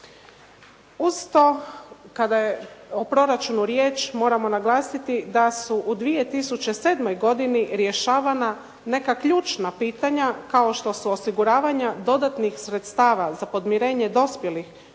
Uz to kad je o proračunu riječ moramo naglasiti da su u 2007. godini rješavana neka ključna pitanja kao što su osiguravanja dodatnih sredstava za podmirenje dospjelih